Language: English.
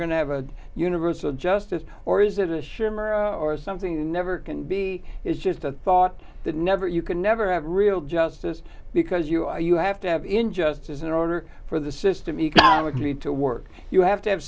going to have a universal justice or is it a shimmer or something never can be is just a thought that never you can never have real justice because you are you have to have injustice in order for the system economically to work you have to have